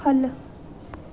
ख'ल्ल